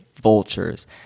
Vultures